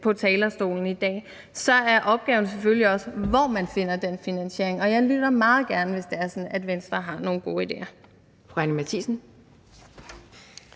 på talerstolen i dag, er opgaven selvfølgelig også, hvor man finder den finansiering, og jeg lytter meget gerne, hvis det er sådan, at Venstre har nogle gode ideer.